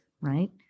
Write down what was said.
right